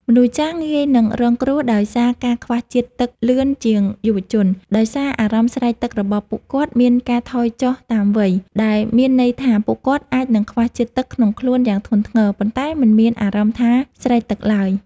មនុស្សចាស់ងាយនឹងរងគ្រោះដោយសារការខ្វះជាតិទឹកលឿនជាងយុវជន ដោយសារអារម្មណ៍ស្រេកទឹករបស់ពួកគាត់មានការថយចុះតាមវ័យ ដែលមានន័យថាពួកគាត់អាចនឹងខ្វះជាតិទឹកក្នុងខ្លួនយ៉ាងធ្ងន់ធ្ងរ ប៉ុន្តែមិនមានអារម្មណ៍ថាស្រេកទឹកឡើយ។